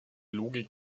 logik